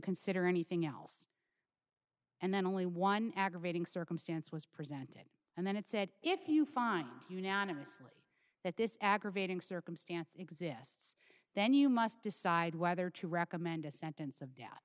consider anything else and then only one aggravating circumstance was presented and then it said if you find unanimously that this aggravating circumstance exists then you must decide whether to recommend a sentence of de